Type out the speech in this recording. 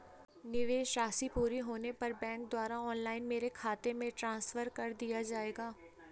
निवेश राशि पूरी होने पर बैंक द्वारा ऑनलाइन मेरे खाते में ट्रांसफर कर दिया जाएगा?